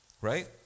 Right